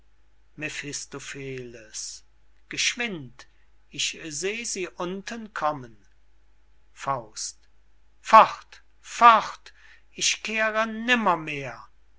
geschwind ich seh sie unten kommen fort fort ich kehre